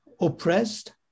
oppressed